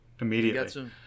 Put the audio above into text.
immediately